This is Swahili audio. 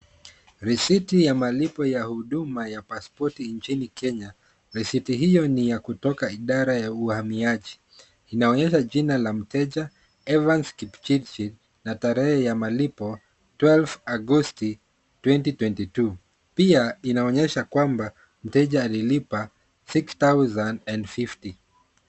Risiti ya malipo ya huduma ya pasipoti nchini Kenya, risiti hiyo ni ya kutoka idara ya uhamiaji. Inaonyesha jina la mteja, Evans Kipchirchi na tarehe ya malipo, twelve Agosti twenty twenty two pia inaonyesha kwamba, mteja alilipa six thousand and fifty .